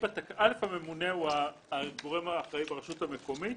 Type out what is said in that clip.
אל"ף הממונה הוא הגורם האחראי ברשות המקומית,